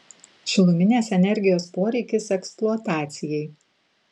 šiluminės energijos poreikis eksploatacijai